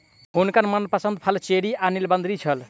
हुनकर मनपसंद फल चेरी आ नीलबदरी छल